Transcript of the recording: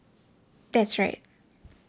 that's right